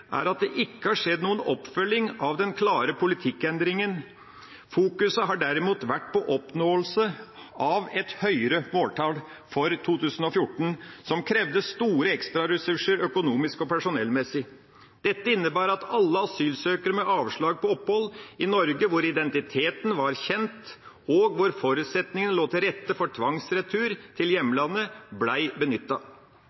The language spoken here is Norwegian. er at det ikke har skjedd noen oppfølging av den klare politikkendringa. Fokuset har derimot vært på oppnåelse av et høyere måltall for 2014, som krevde store ekstraressurser økonomisk og personellmessig. Dette innebar at for alle asylsøkere med avslag på opphold i Norge, hvor identiteten var kjent og hvor forutsetningene lå til rette for tvangsretur til hjemlandet,